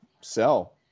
sell